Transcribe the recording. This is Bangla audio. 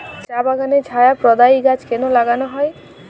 চা বাগানে ছায়া প্রদায়ী গাছ কেন লাগানো হয়?